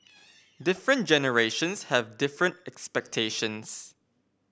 different generations have different expectations